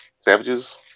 savages